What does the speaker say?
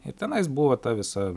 ir tenais buvo ta visa